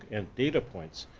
and data points,